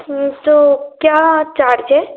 यह तो क्या चार्जेस